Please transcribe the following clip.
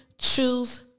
choose